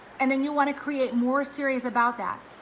and then you wanna create more series about that.